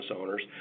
owners